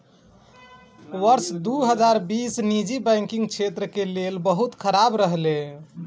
वर्ष दू हजार बीस निजी बैंकिंग क्षेत्र के लेल बहुत खराब रहलै